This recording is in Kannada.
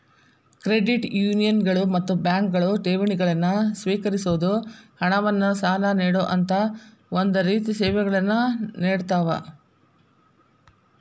ಕ್ರೆಡಿಟ್ ಯೂನಿಯನ್ಗಳು ಮತ್ತ ಬ್ಯಾಂಕ್ಗಳು ಠೇವಣಿಗಳನ್ನ ಸ್ವೇಕರಿಸೊದ್, ಹಣವನ್ನ್ ಸಾಲ ನೇಡೊಅಂತಾ ಒಂದ ರೇತಿ ಸೇವೆಗಳನ್ನ ನೇಡತಾವ